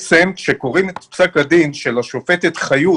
כשקוראים את פסק הדין של השופטת חיות